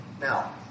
Now